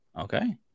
okay